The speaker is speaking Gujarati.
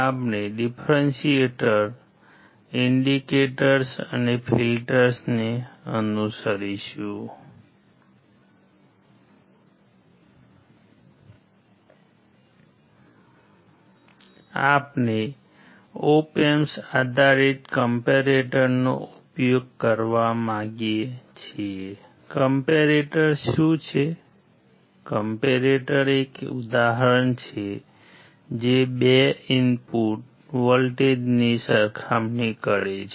આપણે ઓપ એમ્પ્સ આધારિત કમ્પૅરેટરનો કરે છે